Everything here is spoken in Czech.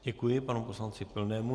Děkuji panu poslanci Pilnému.